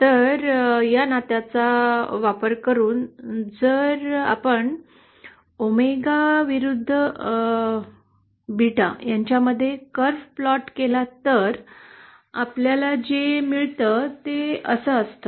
तर या नात्याचा वापर करून जर आपण ओमेगा विरुद्ध बीटा यांच्यामध्ये कर्व प्लॉट केला तर आपल्याला जे मिळतं ते असं असतं